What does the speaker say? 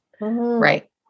Right